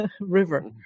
River